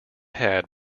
had